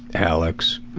alex,